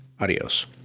adios